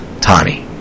Tani